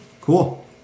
Cool